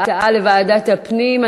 שישה חברי כנסת בעד העברת ההצעה לוועדת הפנים.